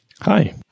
Hi